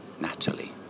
Natalie